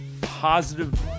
positive